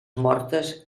mortes